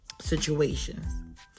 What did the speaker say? situations